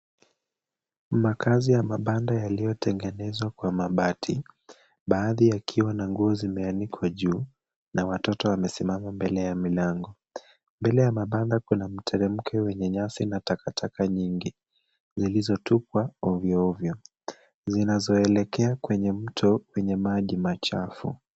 Makaazi ya mabanda yaliyotengenezwa kwa mabati, baadhi yakiwa na nguo zimeanikwa juu na watoto wamesimama mbele ya milango. Mbele ya mabanda kuna mteremko yenye nyasi na takataka nyingi zilizotupwa ovyoovyo. Ziazoelekea kwenye mto enye maji machafu.